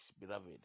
beloved